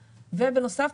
ובנוסף,